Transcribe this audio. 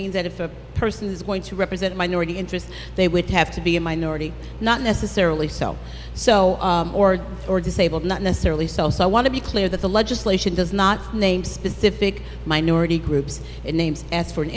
means that if a person is going to represent minority interests they would have to be a minority not necessarily so so or or disabled not necessarily so so i want to be clear that the legislation does not name specific minority groups and names for an